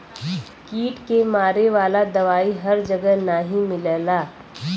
कीट के मारे वाला दवाई हर जगह नाही मिलला